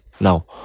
Now